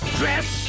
dress